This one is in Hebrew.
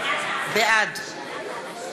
בעד